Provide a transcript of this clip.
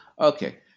Okay